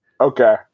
Okay